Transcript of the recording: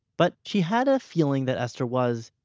but she had a feeling that esther was,